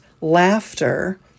laughter